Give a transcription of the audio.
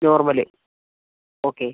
normal okay